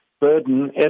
burden